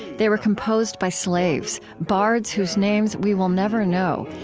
they were composed by slaves, bards whose names we will never know,